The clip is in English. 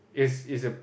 it's it's